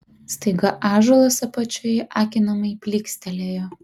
staiga ąžuolas apačioje akinamai plykstelėjo